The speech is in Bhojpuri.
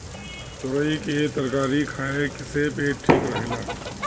तुरई के तरकारी खाए से पेट ठीक रहेला